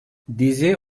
dizi